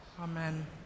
Amen